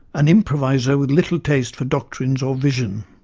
an improviser with little taste for doctrines or vision.